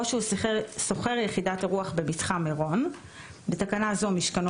שהוא שוכר יחידת אירוח במתחם מירון (בתקנה זו משכנו